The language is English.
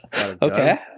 Okay